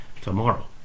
tomorrow